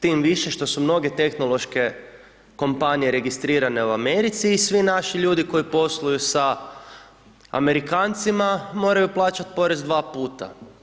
Tim više što su mnoge tehnološke kompanije registrirane u Americi i svi naši ljudi koji posluju sa Amerikancima moraju plaćati porez dva puta.